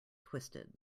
twisted